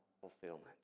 fulfillment